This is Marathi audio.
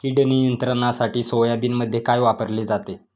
कीड नियंत्रणासाठी सोयाबीनमध्ये काय वापरले जाते?